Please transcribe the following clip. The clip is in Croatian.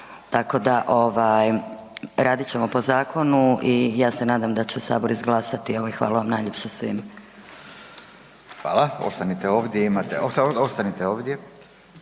tako da radit ćemo po zakonu i ja se nadam da će Sabor izglasati ovo. Hvala vam najljepša svima. **Radin, Furio